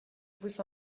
vous